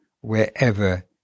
wherever